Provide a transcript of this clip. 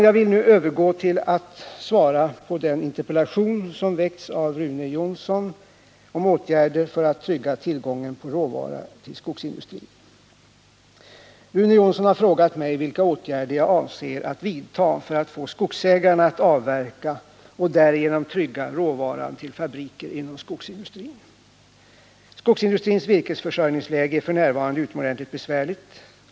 Jag vill nu övergå till att svara på den interpellation som väckts av Rune Jonsson om åtgä der för att trygga tillgången på råvara till skogsindustrin. Rune Jonsson har frågat mig vilka åtgärder jag avser att vidta för att få skogsägarna att avverka och därigenom trygga råvaran till fabriker inom skogsindustrin. s virkesförsörjningsläge är f. n. utomordentligt besvärligt.